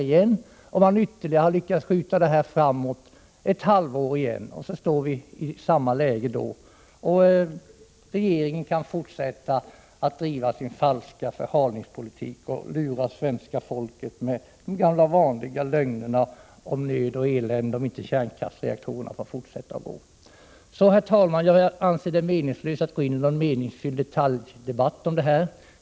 Vi får då se om regeringen har lyckats skjuta denna fråga ytterligare ett halvår framåt, så att vi åter står i samma läge och regeringen kan fortsätta att driva sin falska förhalningspolitik och lura svenska folket med de gamla vanliga lögnerna om nöd och elände som kommer att inträffa om inte kärnkraftsreaktorerna får fortsätta att gå. Herr talman! Jag anser det således meningslöst att gå in i någon detaljdebatt om det här.